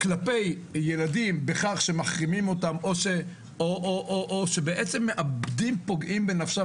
כלפי ילדים כשמחרימים אותם או כשפוגעים בנפשם.